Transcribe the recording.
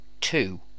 two